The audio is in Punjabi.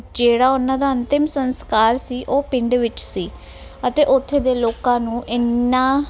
ਜਿਹੜਾ ਉਹਨਾਂ ਦਾ ਅੰਤਿਮ ਸੰਸਕਾਰ ਸੀ ਉਹ ਪਿੰਡ ਵਿੱਚ ਸੀ ਅਤੇ ਉੱਥੇ ਦੇ ਲੋਕਾਂ ਨੂੰ ਇਨਾ